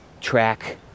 track